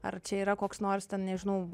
ar čia yra koks nors ten nežinau